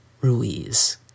Ruiz